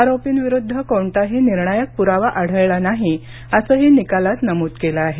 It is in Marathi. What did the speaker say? आरोपींविरुद्ध कोणताही निर्णायक पुरावा आढळला नाही असंही निकालात नमूद केलं आहे